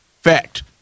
Fact